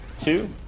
two